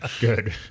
Good